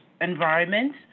environment